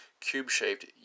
cube-shaped